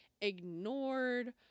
ignored